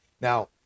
Now